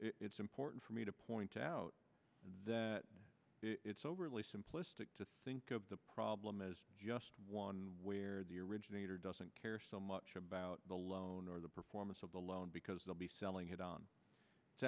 it's important for me to point out that it's overly simplistic to think of the problem as just one where the originator doesn't care so much about the loan or the performance of the loan because they'll be selling it on